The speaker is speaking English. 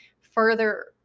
further